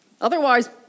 Otherwise